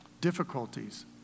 difficulties